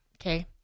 Okay